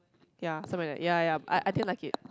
ya something like that ya ya I I didn't like it